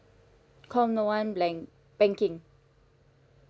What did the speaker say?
call no one blank banking